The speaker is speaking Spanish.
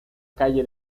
calle